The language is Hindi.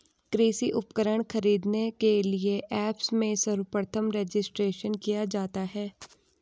कृषि उपकरण खरीदने के लिए ऐप्स में सर्वप्रथम रजिस्ट्रेशन किया जाता है